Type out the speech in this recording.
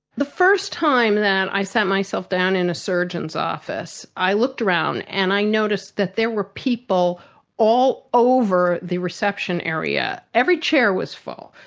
the first time that i sat myself down in a surgeon's office, i looked around and i noticed that there were people all over the reception area. every chair was full.